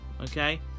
okay